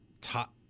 top